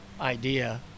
idea